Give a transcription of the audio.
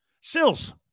Sills